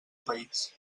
país